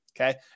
okay